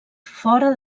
fora